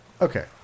Okay